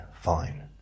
fine